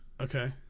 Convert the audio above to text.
Okay